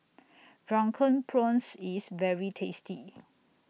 Drunken Prawns IS very tasty